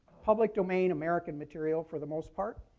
public-domain, american material for the most part.